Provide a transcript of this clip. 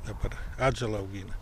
dabar atžalą augina